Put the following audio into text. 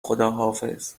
خداحافظ